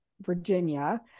Virginia